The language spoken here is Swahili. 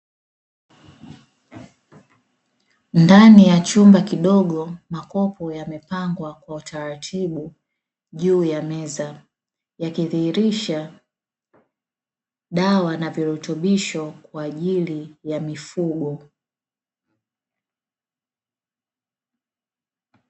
Ndani ya chumba kidogo, makopo yamepangwa kwa utaratibu juu ya meza, yakidhihirisha dawa na virutubisho kwa ajili ya Mifugo.